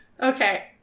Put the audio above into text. Okay